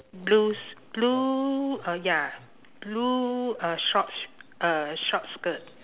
blues blue uh ya blue uh shorts uh short skirt